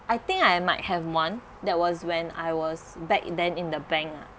I think I might have one that was when I was back in then in the bank lah